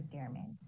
Dearman